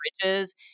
bridges